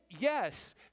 yes